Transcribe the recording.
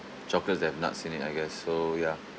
chocolates and nuts in it I guess so ya